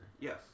Yes